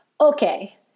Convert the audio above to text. Okay